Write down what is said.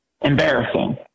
embarrassing